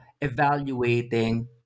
evaluating